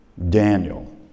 Daniel